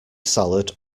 salad